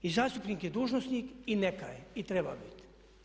I zastupnik je dužnosnik i neka je i treba biti.